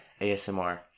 ASMR